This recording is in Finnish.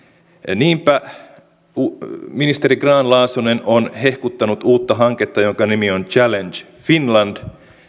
niinpä ministeri grahn laasonen on hehkuttanut uutta hanketta jonka nimi on challenge finland